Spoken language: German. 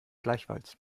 gleichfalls